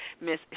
Miss